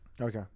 Okay